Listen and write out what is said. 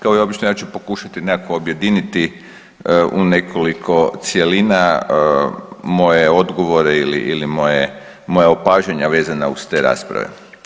Kao i obično ja ću pokušati nekako objedini u nekoliko cjelina moje odgovore ili moja opažanja vezana uz te rasprave.